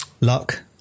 luck